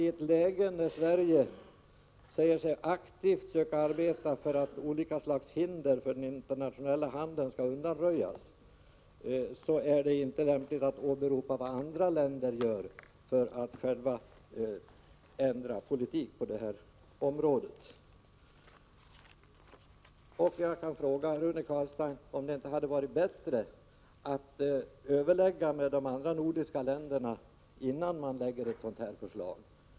I ett läge när Sverige säger sig aktivt arbeta för att olika slags hinder för den internationella handeln skall undanröjas är det inte lämpligt att vi, för att själva ändra politik på detta område, åberopar vad andra länder gör. Jag frågar Rune Carlstein: Hade det inte varit bättre om regeringen hade fört överläggningar med de andra nordiska länderna innan den presenterade det aktuella förslaget?